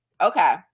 okay